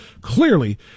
clearly